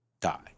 die